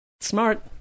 Smart